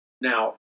Now